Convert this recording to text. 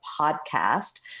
podcast